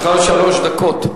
לרשותך שלוש דקות.